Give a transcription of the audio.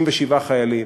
67 חיילים,